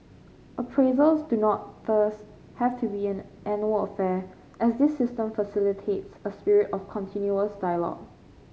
appraisals do not thus have to be an annual affair as this system facilitates a spirit of continuous dialogue